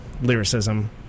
lyricism